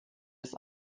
ist